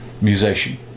musician